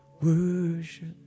worship